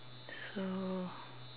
so